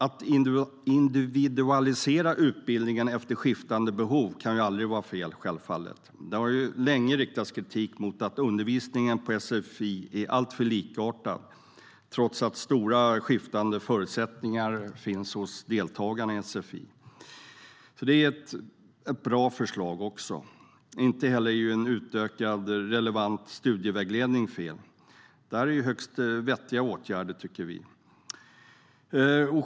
Att individualisera utbildningen efter skiftande behov kan självfallet aldrig vara fel. Det har länge riktats kritik mot att undervisningen på sfi är alltför likartad trots skiftande förutsättningar hos deltagarna. Även detta är ett bra förslag. Inte heller är en utökad och relevant studievägledning fel. Det här är högst vettiga åtgärder, tycker vi.